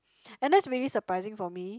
and that's really surprising for me